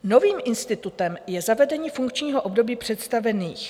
Novým institutem je zavedení funkčního období představených.